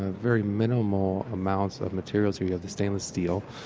ah very minimal amounts of material. you you have the stainless steel,